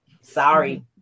Sorry